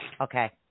Okay